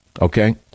Okay